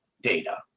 data